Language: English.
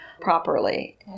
properly